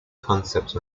concept